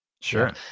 sure